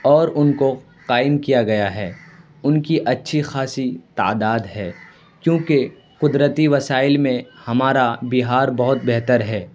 اور ان کو قائم کیا گیا ہے ان کی اچھی خاصی تعداد ہے کیونکہ قدرتی وسائل میں ہمارا بہار بہت بہتر ہے